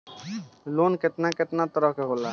Loan केतना केतना तरह के होला?